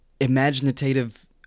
imaginative